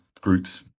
groups